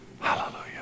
Hallelujah